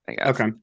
okay